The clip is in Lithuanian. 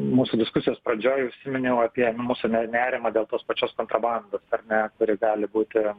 mūsų diskusijos pradžioj užsiminiau apie nu mūsų ne nerimą dėl tos pačios kontrabandos ar ne kuri gali būti